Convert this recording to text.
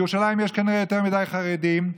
בירושלים יש כנראה יותר מדי חרדים,